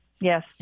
yes